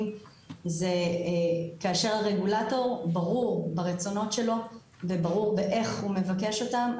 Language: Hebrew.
זה כאשר הרגולטור ברור ברצונות שלו וברור באיך הוא מבקש אותם,